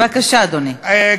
בבקשה, אדוני.